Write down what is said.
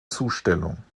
zustellung